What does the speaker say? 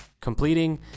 completing